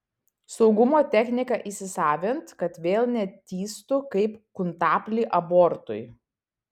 saugumo techniką įsisavint kad vėl netįstų kaip kuntaplį abortui